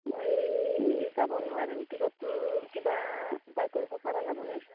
মই যাব নোৱাৰিম টিকতটো কিবা উপায় কৰিব পাৰা যাবনে